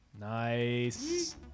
Nice